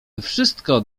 wszystko